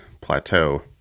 plateau